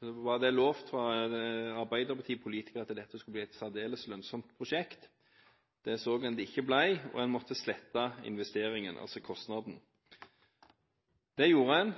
var det lovt fra arbeiderpartipolitikere at dette skulle bli et særdeles lønnsomt prosjekt. Det så en det ikke ble, og en måtte slette investeringen, dvs. kostnaden. Det gjorde en,